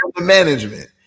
management